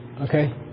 Okay